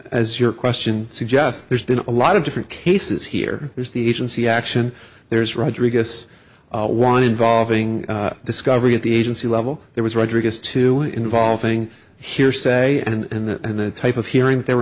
as your question suggests there's been a lot of different cases here there's the agency action there's rodriguez one involving discovery at the agency level there was rodriguez to involving hearsay and the type of hearing they were